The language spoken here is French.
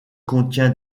contient